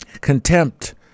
Contempt